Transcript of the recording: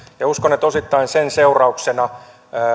uskon että osittain sen seurauksena